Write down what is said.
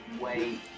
wait